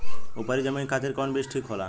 उपरी जमीन खातिर कौन बीज ठीक होला?